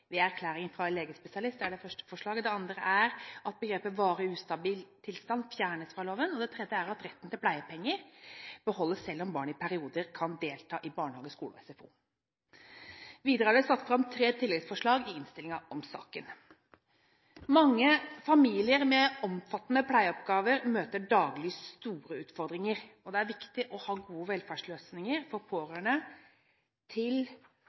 ved erklæring fra legespesialist, at begrepet «varig ustabil tilstand» fjernes fra loven, og at retten til pleiepenger beholdes, selv om barnet i perioder kan delta i barnehage, skole og SFO. Videre er det satt fram fire tilleggsforslag i innstillingen om saken. Mange familier med omfattende pleieoppgaver møter daglig store utfordringer. Det er viktig å ha gode velferdsløsninger for pårørende til